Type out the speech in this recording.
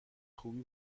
خوبی